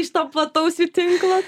iš to plataus jų tinklo